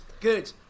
Good